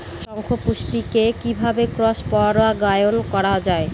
শঙ্খপুষ্পী কে কিভাবে ক্রস পরাগায়ন করা যায়?